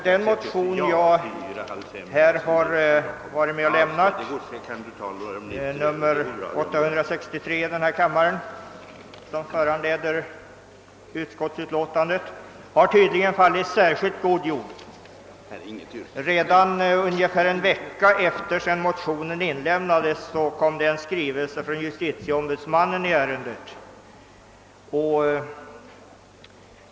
Den motion som jag har varit med om att väcka i detta ärende och som behandlas i förevarande utlåtande, motion II: 863 har tydligen fallit i mycket god jord, ty redan ungefär en vecka efter det att motionen väcktes kom det en skrivelse i ärendet från justitieombudsmannen.